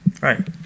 Right